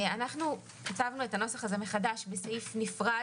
אנחנו כתבנו את הנוסח הזה מחדש בסעיף נפרד,